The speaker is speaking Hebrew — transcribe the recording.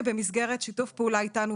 במסגרת שיתוף פעולה איתנו,